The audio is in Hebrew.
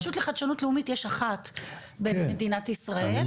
רשות לחדשנות לאומית יש אחת במדינת ישראל,